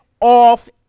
off